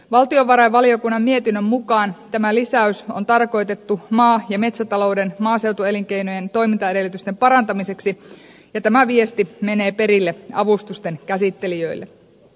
valtiovarainvaliokunnan mietinnön mukaan tämä lisäys on tarkoitettu maa ja metsätalouden maaseutuelinkeinojen toimintaedellytysten parantamiseksi ja tämä viesti menee perille avustusten käsittelijöille